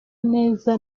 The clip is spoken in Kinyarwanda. neza